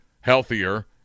healthier